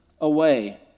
away